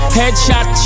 headshot